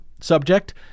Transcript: subject